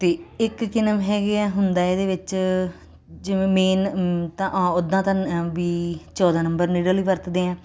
ਤੇ ਇੱਕ ਕਿਨਮ ਹੈਗੇ ਐ ਹੁੰਦਾ ਇਹਦੇ ਵਿੱਚ ਜਿਵੇਂ ਮੇਨ ਤਾਂ ਓ ਉਦਾਂ ਤਾਂ ਵੀ ਚੌਦਾਂ ਨੰਬਰ ਨੀਡਲ ਈ ਵਰਤਦੇ ਆ